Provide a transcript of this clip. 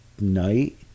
night